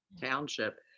Township